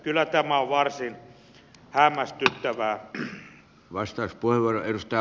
kyllä tämä on varsin hämmästyttävää